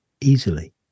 easily